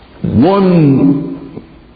one